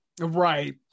right